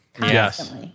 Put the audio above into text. Yes